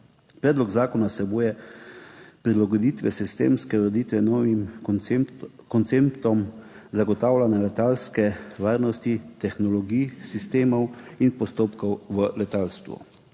Predlog zakona vsebuje prilagoditve sistemske ureditve novim konceptom zagotavljanja letalske varnosti, tehnologij, sistemov in postopkov v letalstvu.